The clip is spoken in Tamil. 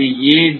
அது ஏன்